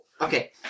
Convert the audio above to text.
okay